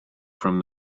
from